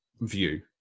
view